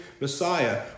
Messiah